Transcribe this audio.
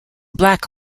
black